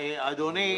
תודה רבה, אדוני,